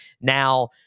Now